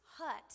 hut